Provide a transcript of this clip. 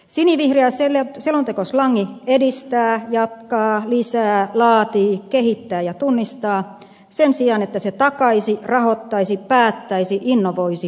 sinivihreä selontekoslangi edistää jatkaa lisää laatii kehittää ja tunnistaa sen sijaan että se takaisi rahoittaisi päättäisi innovoisi ja tekisi